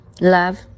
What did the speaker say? love